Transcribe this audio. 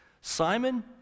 Simon